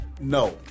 No